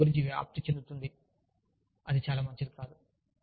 మరియు దాని గురించి వ్యాప్తి చెందుతుంటే అది చాలా మంచిది కాదు